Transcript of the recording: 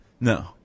No